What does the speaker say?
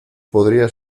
podrías